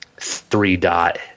three-dot